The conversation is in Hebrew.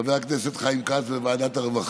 חבר הכנסת חיים כץ, בוועדת הרווחה.